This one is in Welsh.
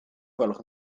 gwelwch